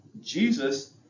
Jesus